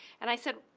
and i said,